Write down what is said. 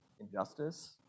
injustice